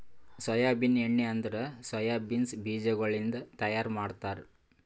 soybean ಎಣ್ಣಿ ಅಂದುರ್ soya beans ಬೀಜಗೊಳಿಂದ್ ತೈಯಾರ್ ಮಾಡ್ತಾರ